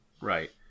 Right